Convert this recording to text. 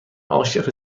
عاشق